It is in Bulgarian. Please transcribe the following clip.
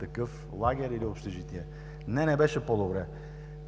такъв лагер или общежитие? Не, не беше по-добре.